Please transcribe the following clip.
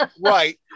right